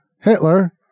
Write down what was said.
Hitler